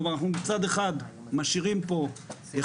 כלומר אנחנו מצד אחד משאירים פה חקלאים